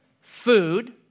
food